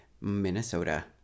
Minnesota